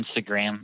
Instagram